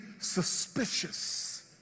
suspicious